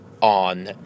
on